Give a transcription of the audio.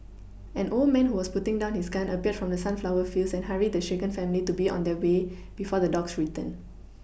an old man who was putting down his gun appeared from the sunflower fields and hurried the shaken family to be on their way before the dogs return